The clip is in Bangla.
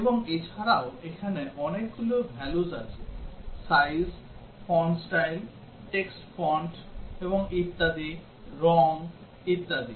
এবং এছাড়াও এখানে অনেকগুলো values আছে size font style text font এবং ইত্যাদি রঙ ইত্যাদি